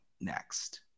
next